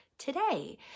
today